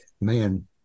Man